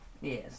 Yes